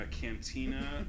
cantina